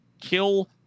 kill